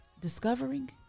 discovering